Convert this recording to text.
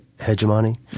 hegemony